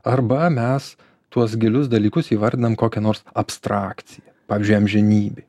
arba mes tuos gilius dalykus įvardinam kokia nors abstrakcija pavyzdžiui amžinybė